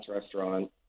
restaurant